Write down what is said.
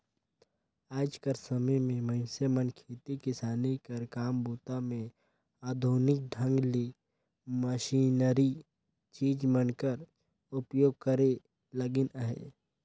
आएज कर समे मे मइनसे मन खेती किसानी कर काम बूता मे आधुनिक ढंग ले मसीनरी चीज मन कर उपियोग करे लगिन अहे